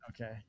Okay